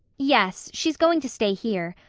yes, she's going to stay here.